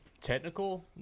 Technical